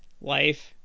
life